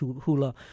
hula